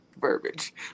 verbiage